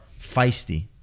feisty